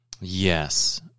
Yes